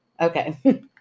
Okay